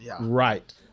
Right